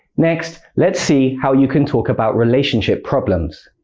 next, let's see how you can talk about relationship problems.